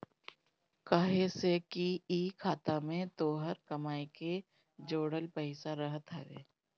काहे से कि इ खाता में तोहरे कमाई के जोड़ल पईसा रहत हवे